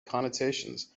connotations